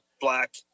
Black